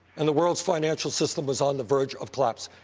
and the world's financial system is on the verge of collapse.